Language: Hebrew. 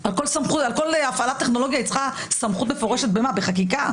על כל הפעלת טכנולוגיה היא צריכה סמכות מפורשת בחקיקה?